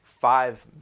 five